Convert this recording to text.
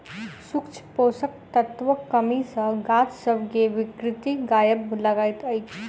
सूक्ष्म पोषक तत्वक कमी सॅ गाछ सभ मे विकृति आबय लागैत छै